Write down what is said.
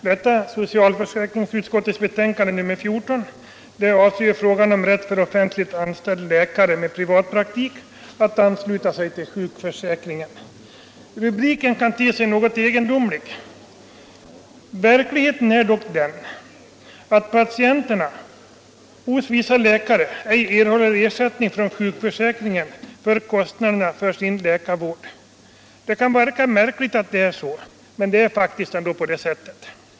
Herr talman! Socialförsäkringsutskottets förevarande betänkande avser frågan om rätt för offentligt anställd läkare med privatpraktik att ansluta sig till sjukförsäkringen. Den rubriken kan te sig något egendomlig. Verkligheten är dock den att patienterna hos vissa läkare inte erhåller ersättning från sjukförsäkringen för kostnaderna för sin läkarvård. Detta kan verka märkligt, men det förhåller sig ändå på det sättet.